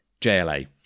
JLA